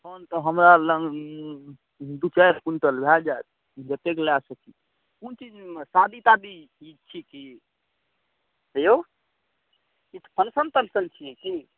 एखन तऽ हमरा लग दू चारि क्विन्टल भऽ जाएत जतेक लऽ सकी कोन चीजमे शादी तादी किछु छी कि हेऔ किछु फंक्शन तंक्शन छिए कि